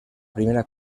primera